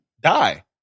die